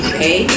Okay